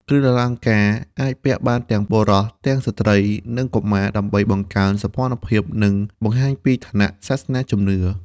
គ្រឿងអលង្ការអាចពាក់បានទាំងបុរស ទាំងស្ត្រី និងកុមារ ដើម្បីបង្កើនសោភ័ណភាព និងបង្ហាញពីឋានៈ សាសនា ជំនឿ។